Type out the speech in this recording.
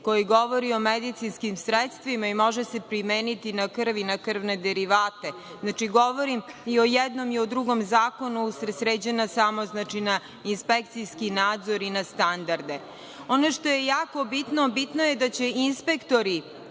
koji govori o medicinskim sredstvima i može se primeniti na krv i na krvne derivate. Znači, govorim i o jednom i o drugom zakonu, usresređena samo na inspekcijski nadzor i na standarde. Ono što je jako bitno, bitno je da će inspektori